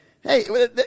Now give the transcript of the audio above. hey